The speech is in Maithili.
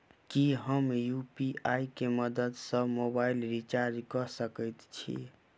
की हम यु.पी.आई केँ मदद सँ मोबाइल रीचार्ज कऽ सकैत छी?